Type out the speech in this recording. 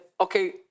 okay